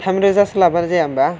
थाम रोजासो लाबा जाया होनबा